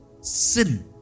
sin